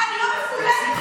אני לא מפולגת ממך.